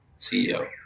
CEO